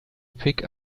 pick